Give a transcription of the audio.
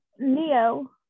Leo